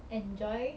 enjoy